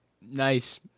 Nice